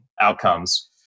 outcomes